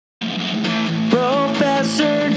professor